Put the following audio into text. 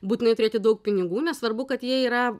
būtinai turėti daug pinigų nesvarbu kad jie yra